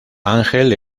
ángel